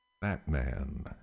Batman